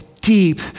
deep